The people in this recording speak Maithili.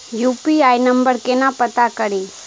यु.पी.आई नंबर केना पत्ता कड़ी?